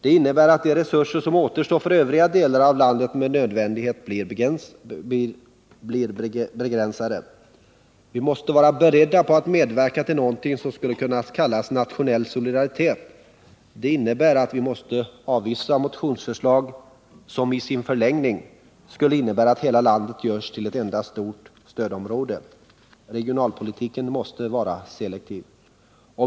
Detta innebär att de resurser som återstår för övriga delar av landet med nödvändighet blir begränsade. Vi måste vara beredda på att medverka till någonting som skulle kunna kallas nationell solidaritet. Detta innebär att vi måste avvisa motionsförslag som i sin förlängning skulle innebära att hela landet görs till ett enda stort stödområde. Regionalpolitiken måste vara selektiv.